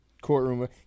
courtroom